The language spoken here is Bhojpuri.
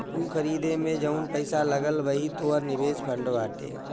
ऊ खरीदे मे जउन पैसा लगल वही तोहर निवेश फ़ंड बाटे